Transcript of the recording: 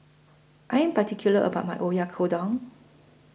I Am particular about My Oyakodon